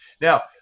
Now